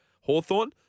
Hawthorne